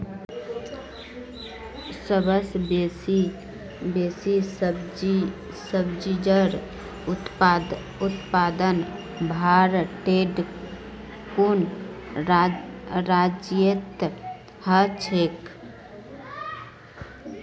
सबस बेसी सब्जिर उत्पादन भारटेर कुन राज्यत ह छेक